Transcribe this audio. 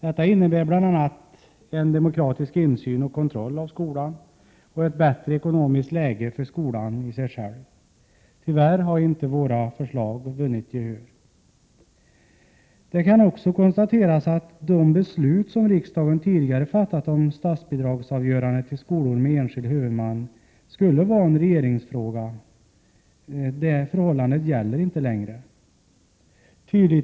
Detta innebär bl.a. en demokratisk insyn i och kontroll av skolan samt ett bättre ekonomiskt läge för skolan själv. Tyvärr har våra förslag inte vunnit gehör. Det kan vidare konstateras att de beslut som riksdagen tidigare har fattat om att avgörande om statsbidrag till skolor med enskild huvudman skulle vara en fråga för regeringen inte längre gäller.